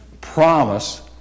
promise